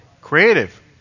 Creative